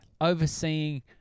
Overseeing